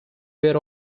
were